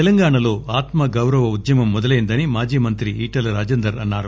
తెలంగాణలో ఆత్మగౌరవ ఉద్యమం మొదలైందని మాజీ మంత్రి ఈటల రాజేందర్ అన్నారు